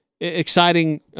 exciting